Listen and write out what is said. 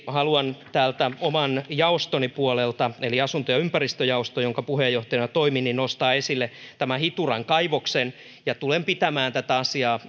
haluan täältä oman jaostoni puolelta eli asunto ja ympäristöjaoston puolelta jonka puheenjohtajana toimin nostaa esille tämän hituran kaivoksen ja tulen pitämään tätä asiaa